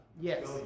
Yes